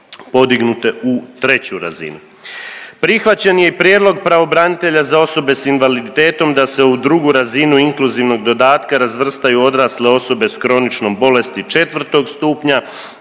podignute u treću razinu. Prihvaćen je i prijedlog pravobranitelja za osobe s invaliditetom da se u drugu razinu inkluzivnog dodatka razvrstaju odrasle osobe s kroničnom bolesti 4. stupnja